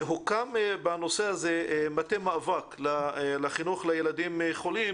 בנושא הזה הוקם מטה מאבק לחינוך לילדים חולים,